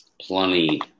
plenty